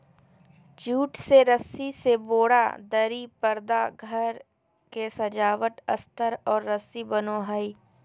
jute से रस्सी से बोरा, दरी, परदा घर के सजावट अस्तर और रस्सी बनो हइ